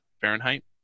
Fahrenheit